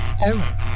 Error